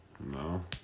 No